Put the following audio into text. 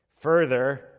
Further